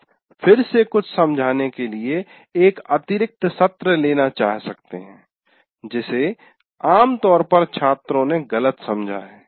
आप फिर से कुछ समझाने के लिए एक अतिरिक्त सत्र लेना चाह सकते हैं जिसे आमतौर पर छात्रों द्वारा गलत समझा गया था